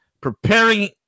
preparing